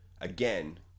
again